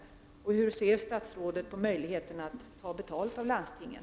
För det andra: Hur ser statsrådet på möjligheten att ta betalt av landstingen?